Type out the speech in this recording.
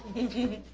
if you